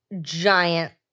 giant